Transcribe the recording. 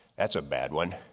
that's a bad one.